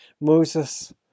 Moses